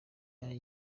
muri